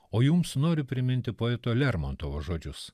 o jums noriu priminti poeto lermontovo žodžius